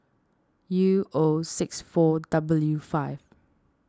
U O six four W five